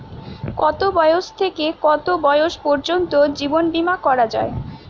কতো বয়স থেকে কত বয়স পর্যন্ত জীবন বিমা করা যায়?